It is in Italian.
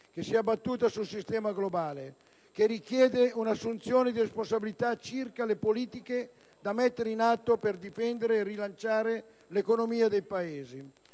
che si è abbattuta sul sistema globale e che richiede un'assunzione di responsabilità circa le politiche da mettere in atto per difendere e rilanciare l'economia dei Paesi.